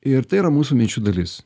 ir tai yra mūsų minčių dalis